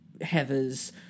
Heather's